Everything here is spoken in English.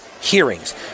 hearings